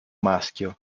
maschio